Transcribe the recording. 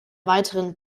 weiteren